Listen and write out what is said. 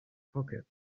pocket